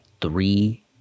three